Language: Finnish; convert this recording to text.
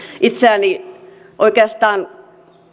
itseäni oikeastaan